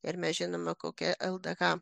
ir mes žinome kokią ldk